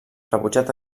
rebutjat